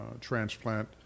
transplant